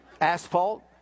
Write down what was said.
Asphalt